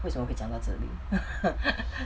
为什么会讲到这里